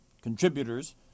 contributors